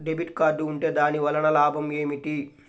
Debit card ఉంటే దాని వలన లాభం ఏమిటీ?